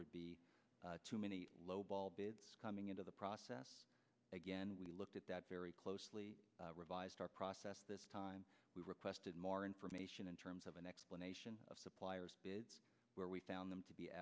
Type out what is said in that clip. would be too many lowball bids coming into the process again we looked at that very closely revised our process this we requested more information in terms of an explanation of suppliers where we found them to be